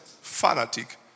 fanatic